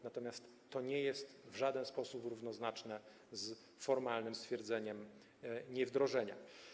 Natomiast to nie jest w żaden sposób równoznaczne z formalnym stwierdzeniem niewdrożenia.